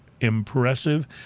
impressive